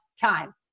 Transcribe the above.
time